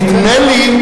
נדמה לי,